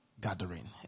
gathering